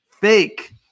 fake